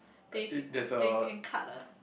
they can they can cut ah